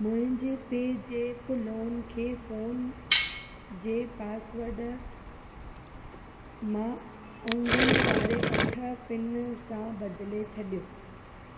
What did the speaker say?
मुंहिंजे पे जेप्प लॉन खे फोन जे पासवड मां अंगनि वारे अठ पिन सां बदिले छॾियो